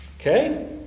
Okay